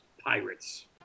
pirates